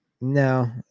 No